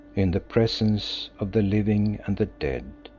in the presence of the living and the dead,